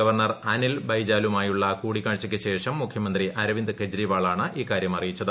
governor Anil ബൈജാലുമായുളള കൂടിക്കാഴ്ചയ്ക്കു ശേഷം മുഖ്യമന്ത്രി അരവിന്ദ് കെജ്രിവാളാണ് ഇക്കാര്യം അറിയിച്ചത്